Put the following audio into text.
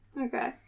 Okay